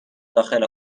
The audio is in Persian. داخل